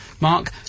Mark